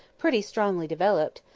pretty strongly developed,